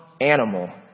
animal